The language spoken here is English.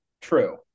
True